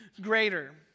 greater